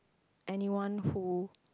anyone who